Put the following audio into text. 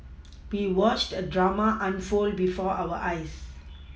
we watched the drama unfold before our eyes